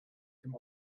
dem